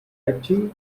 acting